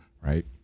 right